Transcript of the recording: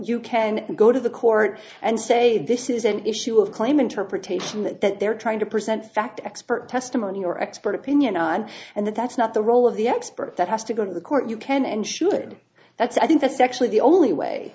you can go to the court and say this is an issue of claim interpretation that that they're trying to present fact expert testimony your expert opinion on and that's not the role of the expert that has to go to the court you can and should that's i think that's actually the only way